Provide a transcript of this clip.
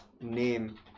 name